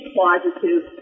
positive